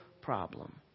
problem